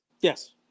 yes